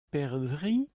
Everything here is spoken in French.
perdrix